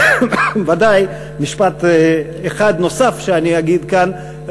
ודאי משפט אחד נוסף שאני אגיד כאן,